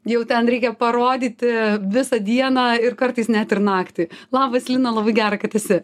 jau ten reikia parodyti visą dieną ir kartais net ir naktį labas lina labai gera kad esi